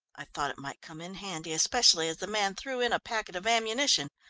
i thought it might come in handy, especially as the man threw in a packet of ammunition.